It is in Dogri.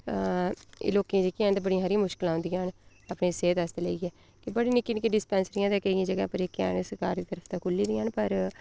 लोकें गी जेह्कियां बड़ियां हारियां मुश्कलां औंदियां न अपने सेह्त आस्तै लेइयै ते बड़ियां निक्कियां निक्कियां डिस्पेंसरियां केइयें जगहें सरकारी खुल्ली दियां न पर